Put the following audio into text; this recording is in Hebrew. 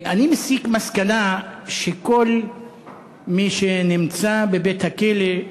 אני מסיק מסקנה שכל מי שנמצא בבית-הכלא,